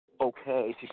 okay